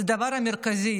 זה הדבר המרכזי.